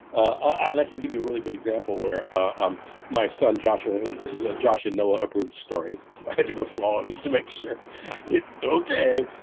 i like can give you a really good example where ah um my son, joshua. this is a josh and noah approved story. i had to go through all of these to make sure. okay.